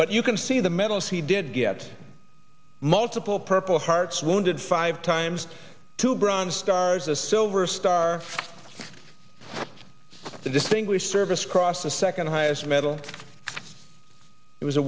but you can see the medals he did get multiple purple hearts wounded five times two bronze stars a silver star the distinguished service cross the second highest medal it was a